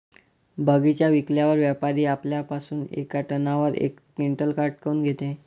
बगीचा विकल्यावर व्यापारी आपल्या पासुन येका टनावर यक क्विंटल काट काऊन घेते?